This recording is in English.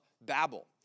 Babel